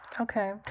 Okay